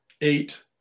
eight